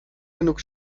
genug